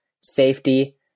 safety